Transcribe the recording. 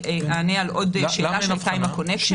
שאלה לגבי הקונקשן,